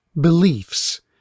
beliefs